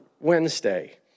Wednesday